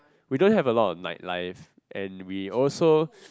we don't have a lot of night life and we also